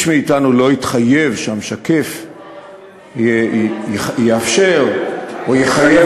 איש מאתנו לא התחייב שהמשקף יאפשר או יחייב